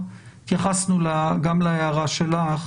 התייחסנו גם להערה שלך,